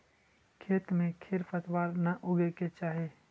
खेत में खेर पतवार न उगे के चाही